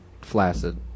flaccid